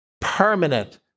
Permanent